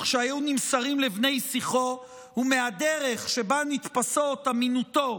שהיו נמסרים לבני שיחו ומהדרך שבה נתפסות אמינותו,